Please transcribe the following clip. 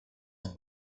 and